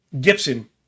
Gibson